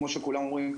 כמו שכולם אומרים,